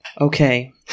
Okay